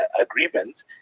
agreements